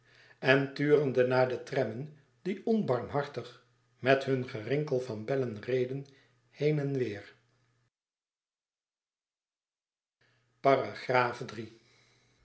en turende naar de trammen die onbarmhartig met hun gerinkel van bellen reden heen en weêr